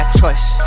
choice